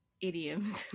idioms